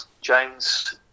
James